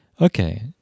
Okay